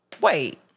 Wait